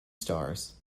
stars